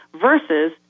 versus